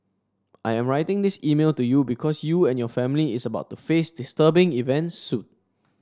I am writing this mail to you because you and your family is about to face disturbing events soon